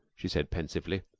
she said pensively,